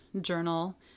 journal